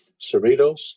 Cerritos